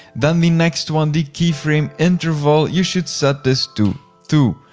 then the next one, the keyframe interval, you should set this to two.